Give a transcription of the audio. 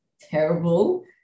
terrible